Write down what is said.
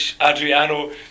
Adriano